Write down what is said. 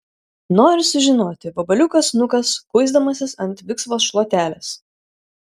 nori sužinoti vabaliukas nukas kuisdamasis ant viksvos šluotelės